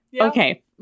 Okay